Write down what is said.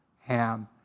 Ham